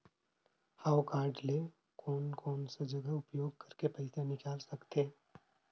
हव कारड ले कोन कोन सा जगह उपयोग करेके पइसा निकाल सकथे?